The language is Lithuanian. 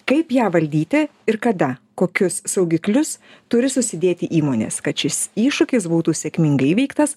kaip ją valdyti ir kada kokius saugiklius turi susidėti įmonės kad šis iššūkis būtų sėkmingai įveiktas